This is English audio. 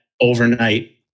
overnight